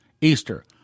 Easter